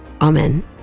Amen